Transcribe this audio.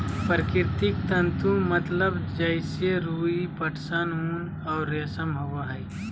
प्राकृतिक तंतु मतलब जैसे रुई, पटसन, ऊन और रेशम होबो हइ